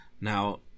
now